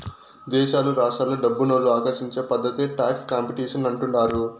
దేశాలు రాష్ట్రాలు డబ్బునోళ్ళు ఆకర్షించే పద్ధతే టాక్స్ కాంపిటీషన్ అంటుండారు